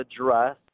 address